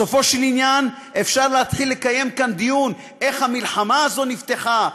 בסופו של עניין אפשר להתחיל לקיים כאן דיון איך המלחמה הזאת נפתחה,